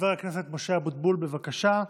חבר הכנסת משה אבוטבול, בבקשה.